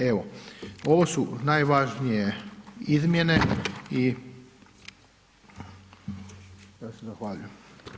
Evo ovo su najvažnije izmjene i zahvaljujem.